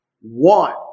One